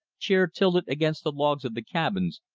chair-tilted against the logs of the cabins,